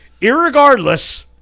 Irregardless